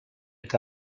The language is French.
est